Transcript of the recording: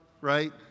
Right